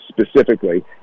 specifically